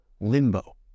limbo